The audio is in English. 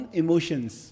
emotions